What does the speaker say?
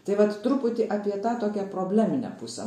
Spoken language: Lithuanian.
tai vat truputį apie tą tokią probleminę pusę